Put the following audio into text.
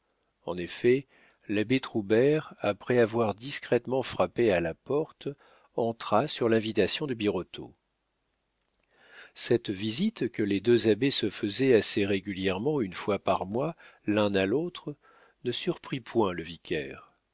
en effet l'abbé troubert après avoir discrètement frappé à la porte entra sur l'invitation de birotteau cette visite que les deux abbés se faisaient assez régulièrement une fois par mois l'un à l'autre ne surprit point le vicaire